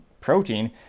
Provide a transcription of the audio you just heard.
Protein